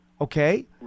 okay